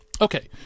Okay